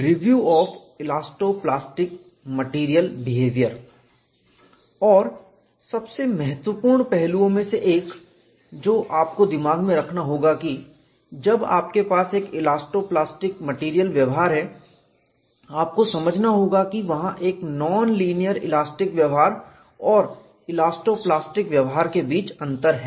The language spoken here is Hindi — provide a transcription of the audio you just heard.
review of elasto plastic material behaviour और बहुत महत्वपूर्ण पहलुओं में से एक जो आप को दिमाग में रखना होगा कि जब आपके पास एक इलास्टो प्लास्टिक मैटेरियल व्यवहार है आप को समझना होगा कि वहां एक नॉन लीनियर इलास्टिक व्यवहार और इलास्टो प्लास्टिक व्यवहार के बीच अंतर है